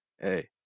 hey